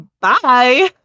bye